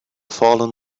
fallen